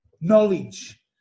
Knowledge